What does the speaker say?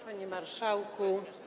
Panie Marszałku!